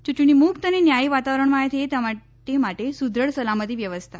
ચૂંટણીમુક્ત અને ન્યાથી વાતાવરણમાં થાય તે માટે સુદ્રઢ સલામતી વ્યવસ્થા